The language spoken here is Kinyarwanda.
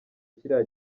kiriya